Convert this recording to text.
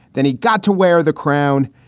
then he got to wear the crown.